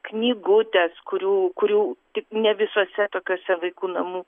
knygutės kurių kurių tik ne visuose tokiose vaikų namų